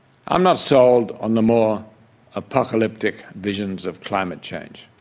i'm not sold on the more apocalyptic visions of climate change.